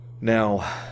Now